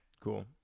Cool